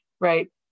right